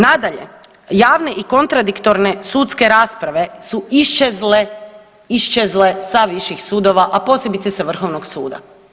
Nadalje, javne i kontradiktorne sudske rasprave su iščezle, iščezle sa viših sudova, a posebice sa Vrhovnog suda.